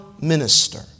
minister